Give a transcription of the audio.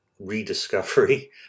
rediscovery